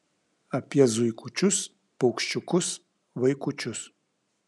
apie zuikučius paukščiukus vaikučius